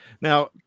Now